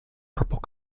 purple